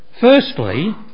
Firstly